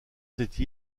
cette